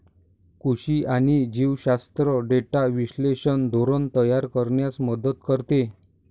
कृषी आणि जीवशास्त्र डेटा विश्लेषण धोरण तयार करण्यास मदत करते